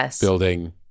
building